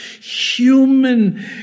human